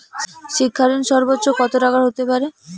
শিক্ষা ঋণ সর্বোচ্চ কত টাকার হতে পারে?